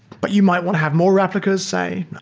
but you might want have more replicas, say,